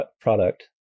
product